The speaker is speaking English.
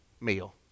meal